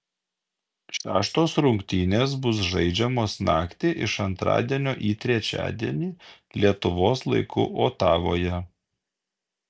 šeštos rungtynės bus žaidžiamos naktį iš antradienio į trečiadienį lietuvos laiku otavoje